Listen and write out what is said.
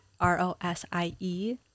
R-O-S-I-E